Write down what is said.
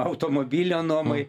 automobilio nuomai